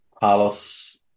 Palace